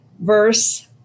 verse